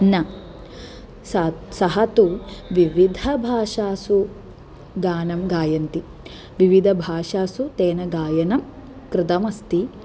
न सा सः तु विविधभाषासु गानं गायन्ति विविधभाषासु तेन गायनं कृतमस्ति